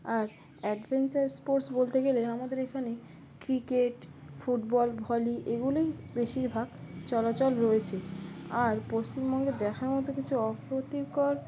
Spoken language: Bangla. আর অ্যাডভেঞ্চার স্পোর্টস বলতে গেলে আমাদের এখানে ক্রিকেট ফুটবল ভলি এগুলোই বেশিরভাগ চলাচল রয়েছে আর পশ্চিমবঙ্গে দেখার মতো কিছু অপ্রীতিকর